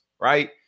right